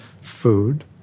Food